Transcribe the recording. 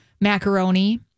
macaroni